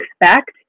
expect